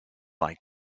like